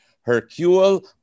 Hercule